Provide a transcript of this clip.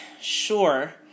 sure